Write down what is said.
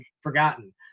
forgotten